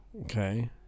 Okay